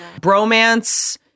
Bromance